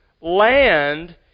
Land